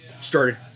started